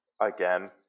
again